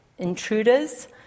intruders